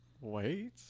Wait